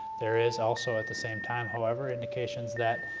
there is also at the same time, however, indications that